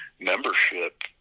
membership